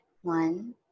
one